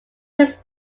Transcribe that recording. his